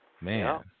Man